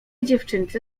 dziewczynce